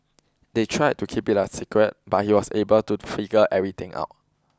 they tried to keep it a secret but he was able to figure everything out